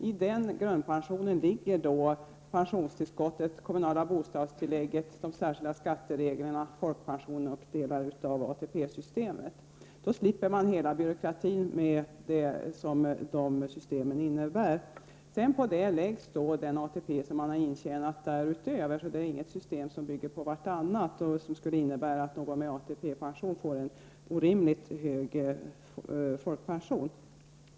I den grundpensionen ligger pensionstillskott, det kommunala bostadstillägget, de särskilda skattereglerna, folkpensionen och delar av ATP-systemet. Då slipper man hela byråkratin i dessa system. På detta läggs den ATP som man har intjänat därutöver; det är alltså inte ett system som skulle innebära att någon med ATP-pension får en orimligt hög folkpension.